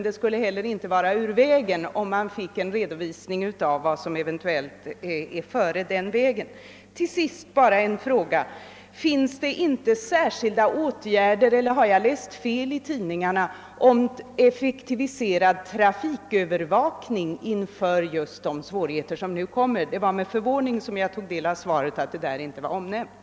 Det skulle dock inte vara ur vägen om vi fick reda på vad som eventuellt försiggår. Till sist en fråga: Finns det inte särskilda åtgärder, eller har jag läst fel i tidningarna, för intensifierad trafikövervakning för just de svårigheter som vi nu står inför? Det var med förvåning som jag såg att dessa åtgärder inte nämndes i svaret.